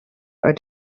are